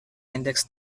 index